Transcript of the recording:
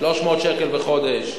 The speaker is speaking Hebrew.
300 שקל בחודש?